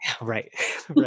Right